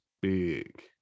big